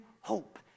hope